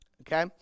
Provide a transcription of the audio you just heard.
okay